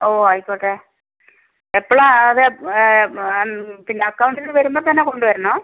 ഓ ആയിക്കോട്ടെ എപ്പോഴാ അത് പിന്നെ അക്കൗണ്ടിന് വരുമ്പോൾത്തന്നെ കൊണ്ടുവരണോ